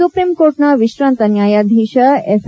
supreme court ನ ವಿಶ್ರಾಂತ ನ್ಯಾಯಾಧೀಶ ಎಫ್